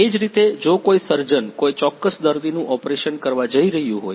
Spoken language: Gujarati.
એ જ રીતે જો કોઈ સર્જન કોઈ ચોક્કસ દર્દીનું ઓપરેશન કરવા જઈ રહ્યું હોય